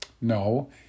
No